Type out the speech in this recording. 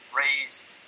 raised